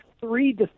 three